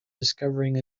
discovering